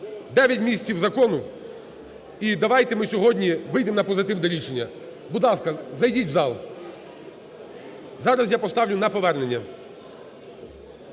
Дев'ять місяців закону, і давайте ми сьогодні вийдемо на позитивне рішення. Будь ласка, зайдіть в зал. Зараз я поставлю на повернення.